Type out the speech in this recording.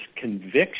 conviction